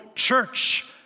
church